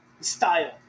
style